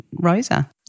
Rosa